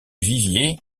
vivier